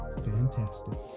fantastic